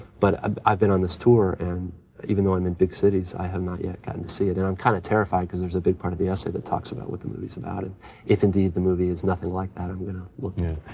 but i've been on this tour and even though i'm in big cities, i have not yet gotten to see it. and i'm kind of terrified because there's a big part of the essay that talks about what the movie's about and if, indeed, the movie is nothing like that, i'm going to look yeah.